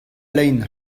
lein